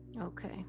okay